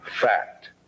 fact